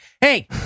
Hey